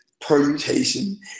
permutation